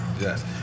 Yes